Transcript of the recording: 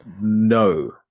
No